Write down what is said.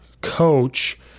coach